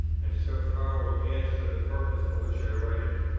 and so far will answer the purpose for which i write it.